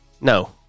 No